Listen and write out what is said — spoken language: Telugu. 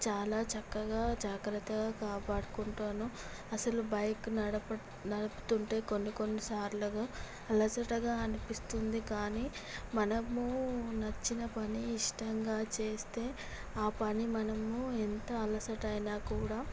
చాలా చక్కగా జాగ్రత్తగా కాపాడుకుంటాను అసలు బైకు నడప నడపుతుంటే కొన్ని కొన్ని సార్లుగా అలసటగా అనిపిస్తుంది కానీ మనము నచ్చిన పని ఇష్టంగా చేస్తే ఆ పని మనము ఎంత అలసట అయినా కూడా